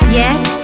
yes